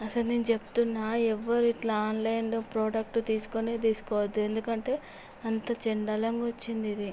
అసలు నేను చెప్తున్నాను ఎవ్వరి ఇట్లా ఆన్లైన్లో ప్రోడక్ట్ తీసుకొని తీసుకోవద్దు ఎందుకంటే అంత చండాలంగా వచ్చింది ఇది